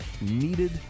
needed